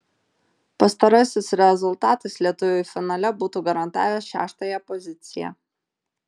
pastarasis rezultatas lietuviui finale būtų garantavęs šeštąją poziciją